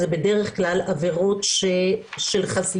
זה בדרך כלל עבירות של חשיפה,